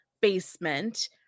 basement